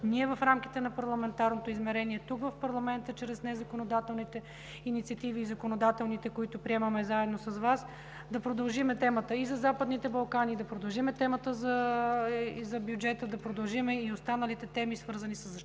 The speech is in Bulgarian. в рамките на Парламентарното измерение в парламента чрез незаконодателните и законодателните инициативи, които приемаме заедно с Вас, да продължим темата и за Западните Балкани, да продължим темата за бюджета, да продължим и останалите теми, свързани със защита